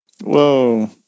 Whoa